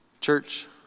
church